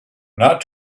not